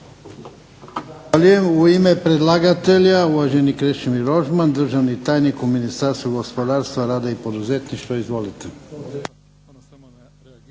Hvala